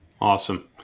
awesome